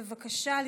בבקשה.